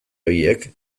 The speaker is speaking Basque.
horiek